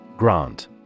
Grant